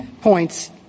points